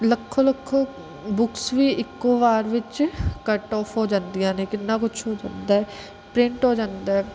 lakh lakh books ਵੀ ਇੱਕੋ ਵਾਰ ਵਿੱਚ ਕੱਟ ਔਫ ਹੋ ਜਾਂਦੀਆਂ ਨੇ ਕਿੰਨਾ ਕੁਛ ਹੋ ਜਾਂਦਾ ਪ੍ਰਿੰਟ ਹੋ ਜਾਂਦਾ